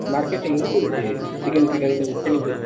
marketing ଅଛି chicken ଫିକେନ ସବୁ କିଣିକି